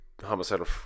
homicidal